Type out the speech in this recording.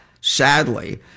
sadly